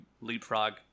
leapfrog